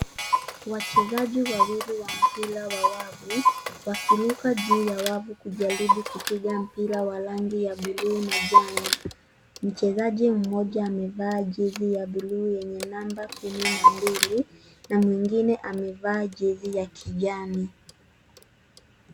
Wachezaji wawili wa mpira wa wavu wakiruka juu ya wavu kujaribu kupiga mpira wa rangi ya buluu na njano. Mchezaji mmoja amevaa jezi ya buluu yenye namba 12 na mwingine amevaa jezi ya kijani.